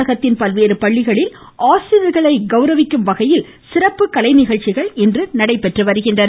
தமிழகத்தின் பல்வேறு பள்ளிகளில் ஆசிரியர்களை கௌரவிக்கும் வகையில் சிறப்பு கலை நிகழ்ச்சிகள் நடைபெறுகின்றன